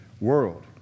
world